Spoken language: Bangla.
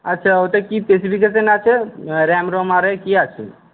আচ্ছা ওটা কি স্পেসিফিকেশন আছে র্যাম রোম আর এ কি আছে